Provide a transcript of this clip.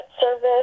service